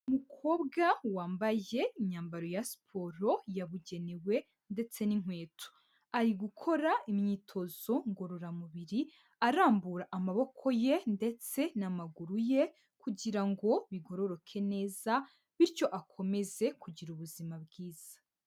Umukobwa wambaye imyambaro ya siporo yabugenewe ndetse n'inkweto. Ari gukora imyitozo ngororamubiri arambura amaboko ye ndetse n'amaguru ye, kugira ngo bigororoke neza, bityo akomeze kugira ubuzima bwiza.